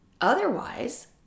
otherwise